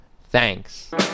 Thanks